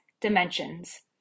dimensions